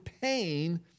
pain